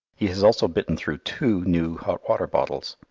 he has also bitten through two new hot-water bottles.